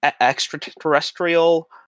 extraterrestrial